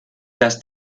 las